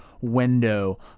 window